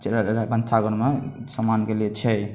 आआ भनसाघरमे समानके लिये छै